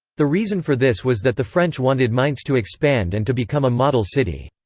the reason for this was that the french wanted mainz to expand and to become a model city.